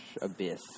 abyss